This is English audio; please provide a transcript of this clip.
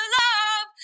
love